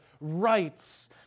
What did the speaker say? rights